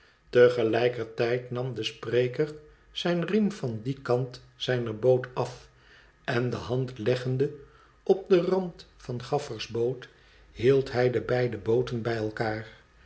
tijd nam de spreker zijn riem van dien kant zijner boot af en de hand leggende op den rand van gaflfer's boot hield hij de beide booten bij elkaar